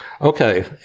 Okay